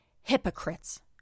hypocrites